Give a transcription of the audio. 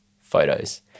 photos